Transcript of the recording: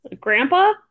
Grandpa